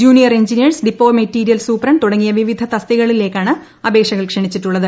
junior engineers depot material supdt തുടങ്ങിയ വിവിധ തസ്തികകളിലേക്കാണ് അപേക്ഷകൾ ക്ഷണിച്ചിട്ടുള്ളത്